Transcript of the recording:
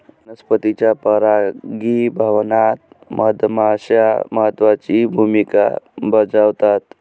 वनस्पतींच्या परागीभवनात मधमाश्या महत्त्वाची भूमिका बजावतात